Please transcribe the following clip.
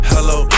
Hello